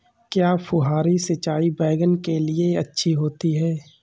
क्या फुहारी सिंचाई बैगन के लिए अच्छी होती है?